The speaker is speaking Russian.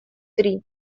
три